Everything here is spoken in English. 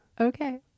Okay